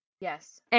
Yes